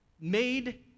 made